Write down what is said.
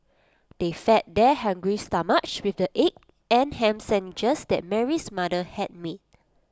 they fed their hungry stomachs with the egg and Ham Sandwiches that Mary's mother had made